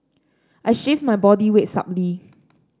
I shift my body weight subtly